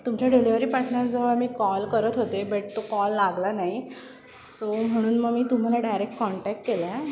तुमच्या डिलेवरी पार्टनरजवळ मी कॉल करत होते बट तो कॉल लागला नाही सो म्हणून मग मी तुम्हाला डायरेक्ट कॉन्टॅक्ट केला आहे